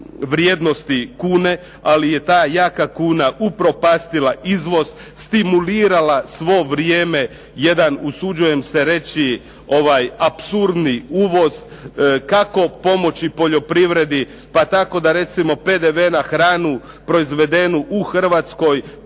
vrijednosti kune ali je ta jaka kuna upropastila izvoz, stimulirala svo vrijeme jedan usuđujem se reći apsurdni uvoz. Kako pomoći poljoprivredi? Pa tako da recimo PDV na hranu proizvedenu u Hrvatskoj